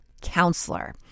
counselor